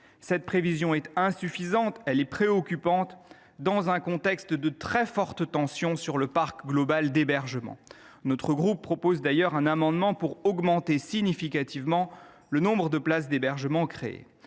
Cette prévision est insuffisante – elle est préoccupante – dans un contexte de très forte tension sur le parc global d’hébergement. Notre groupe a déposé, pour cette raison, un amendement visant à augmenter significativement le nombre de places d’hébergement créées.